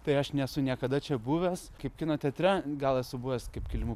tai aš nesu niekada čia buvęs kaip kino teatre gal esu buvęs kaip kilimų